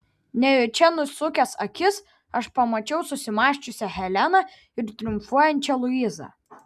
nejučia nusukęs akis aš pamačiau susimąsčiusią heleną ir triumfuojančią luizą